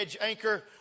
anchor